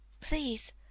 Please